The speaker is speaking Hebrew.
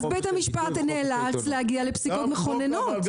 בגלל שאין חוקים אז בית המשפט נאלץ להגיע לפסיקות מכוננות.